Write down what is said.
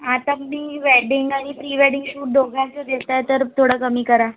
आता मी वेडिंग आणि प्री वेडिंग शूट दोघांचं देत आहे तर थोडं कमी करा